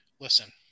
Listen